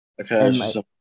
Okay